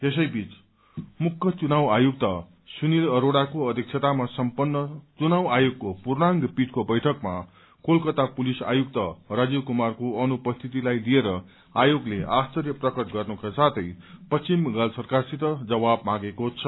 यसै बीच मुख्य चुनाव आयुक्त सुनली अरोड़ाको अध्यक्षतामा सम्पन्न चुनाव आयोगको पूर्णांक पीठको बैठकमा कोलकता पुलिस आयुक्त राजीव कुमारको अनुपस्थितिलाई लिएर आयोगले आश्चर्य प्रकट गर्नुका साथै पश्चिम बंगाल सरकारसित जवाब मागेको छ